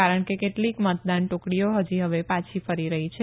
કારણ કે કેટલીક મતદાન ટુકડીઓ હજી હવે પાછી ફરી રહી છે